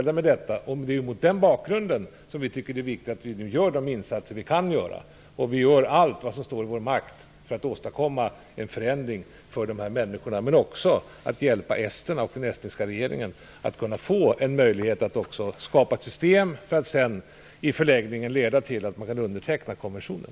Det är mot den bakgrunden vi tycker att det är viktigt att vi gör de insatser vi kan göra. Vi gör allt vad som står i vår makt att åstadkomma en förändring för dessa människor, men också att hjälpa esterna och den estniska regeringen att skapa ett system som i förlängningen gör att de kan underteckna konventionen.